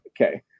Okay